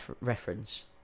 reference